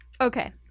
Okay